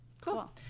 cool